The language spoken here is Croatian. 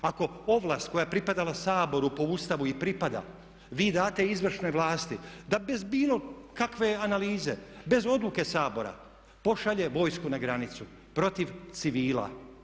Ako ovlast koja je pripadala Saboru po Ustavu i pripada, vi date izvršnoj vlasti da bez bilo kakve analize, bez odluke Sabora pošalje vojsku na granicu protiv civila.